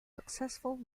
successful